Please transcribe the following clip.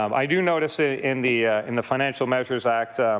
um i do notice ah in the in the financial measures act